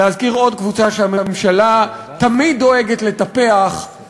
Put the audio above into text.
להזכיר עוד קבוצה שהממשלה תמיד דואגת לטפח,